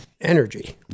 energy